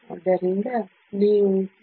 ಆದ್ದರಿಂದ ನೀವು 3